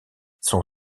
son